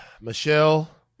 Michelle